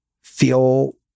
feel